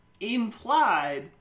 Implied